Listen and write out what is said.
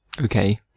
Okay